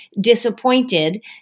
disappointed